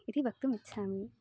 इति वक्तुम् इच्छामि